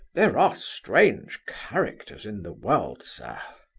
there are strange characters in the world, sir!